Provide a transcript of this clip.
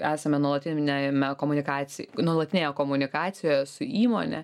esame nuolatiniame komunikaci nuolatinėje komunikacijoje su įmonę